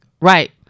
Right